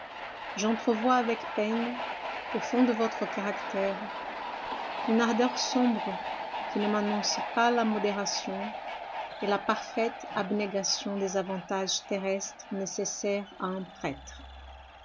j'entrevois avec peine au fond de votre caractère une ardeur sombre qui ne m'annonce pas la modération et la parfaite abnégation des avantages terrestres nécessaires à un prêtre